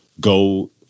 go